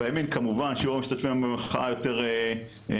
בימין כמובן שיעור המשתתפים במחאה יותר נמוך,